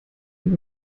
über